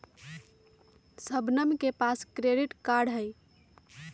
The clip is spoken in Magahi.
शबनम के पास क्रेडिट कार्ड हई